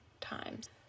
times